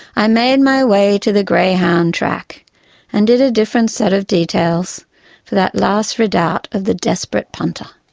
i made my way to the greyhound track and did a different set of details for that last redoubt of the desperate punter,